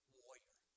warrior